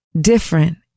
different